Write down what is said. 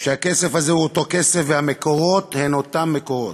שהכסף הזה הוא אותו כסף והמקורות הם אותם מקורות.